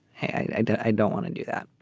i don't want to do that.